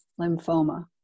lymphoma